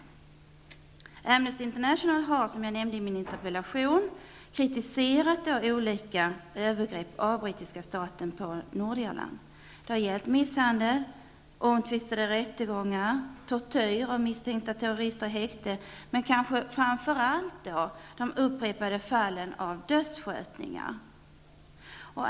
Amnesty international har som jag nämnde i min interpellation kritiserat olika övergrepp av brittiska staten på Nordirland. Det har gällt misshandel, omtvistade rättegångar, tortyr av misstänkta terrorister i häkte men kanske framför allt upprepade fall av dödsskjutningar.